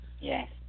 Yes